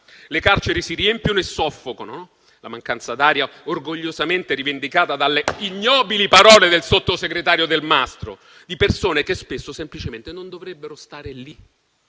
Le carceri si riempiono e soffocano - la mancanza d'aria orgogliosamente rivendicata dalle ignobili parole del sottosegretario Delmastro - di persone che spesso, semplicemente, non dovrebbero stare lì.